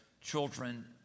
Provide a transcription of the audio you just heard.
children